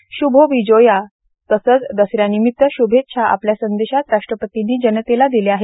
शुभो बिजोया तसेच दसऱ्यानिमित्त शुभेच्छा आपल्या संदेशात राष्ट्रपतींनी जनतेला दिल्या आहेत